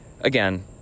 again